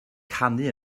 canu